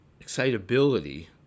excitability